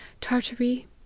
Tartary